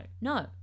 no